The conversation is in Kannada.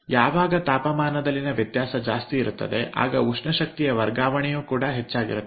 ಯಾವಾಗ ತಾಪಮಾನದಲ್ಲಿನ ವ್ಯತ್ಯಾಸ ಜಾಸ್ತಿ ಇರುತ್ತದೆ ಆಗ ಉಷ್ಣ ಶಕ್ತಿಯ ವರ್ಗಾವಣೆಯು ಕೂಡಾ ಹೆಚ್ಚಾಗಿರುತ್ತದೆ